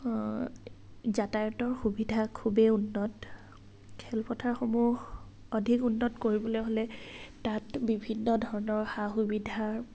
যাতায়তৰ সুবিধা খুবেই উন্নত খেলপথাৰসমূহ অধিক উন্নত কৰিবলৈ হ'লে তাত বিভিন্ন ধৰণৰ সা সুবিধা